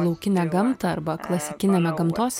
laukinę gamtą arba klasikiniame gamtos